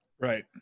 Right